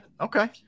Okay